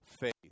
faith